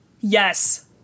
Yes